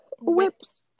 Whips